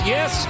Yes